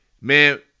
Man